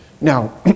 Now